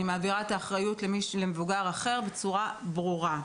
אני מעבירה את האחריות למבוגר אחר בצורה ברורה,